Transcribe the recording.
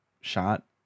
shot